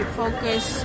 focus